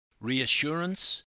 reassurance